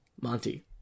Monty